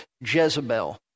Jezebel